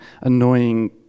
annoying